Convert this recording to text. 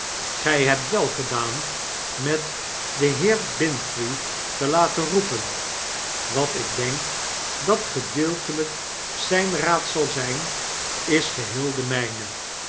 gg hebt geen uitweg wel gedaan met den heer bintrey te laten roepen wat ik denk dat gedeeltelijk zgn raad zal zgn is geheel de